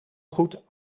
goed